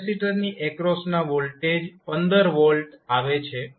કેપેસિટરની એક્રોસના voltage 15 V આવે છે